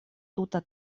tuta